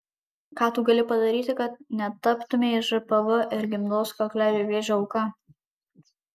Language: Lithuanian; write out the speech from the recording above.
ką tu gali padaryti kad netaptumei žpv ir gimdos kaklelio vėžio auka